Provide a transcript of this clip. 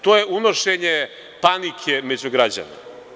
To je unošenje panike među građane.